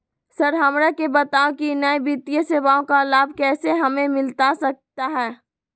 Sir हमरा के बताओ कि अन्य वित्तीय सेवाओं का लाभ कैसे हमें मिलता सकता है?